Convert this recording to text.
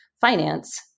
finance